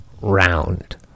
round